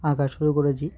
আঁকা শুরু করেছি